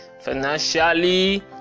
financially